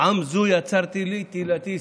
"עם זו יצרתי לי, תהִלתי יספרו".